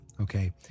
okay